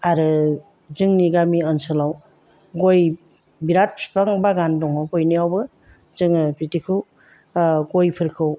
आरो जोंनि गामि ओनसोलाव गय बेराद बिफां बागान दङ बयनियावबो जोङो बिदिखौ गयफोरखौ